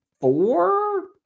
four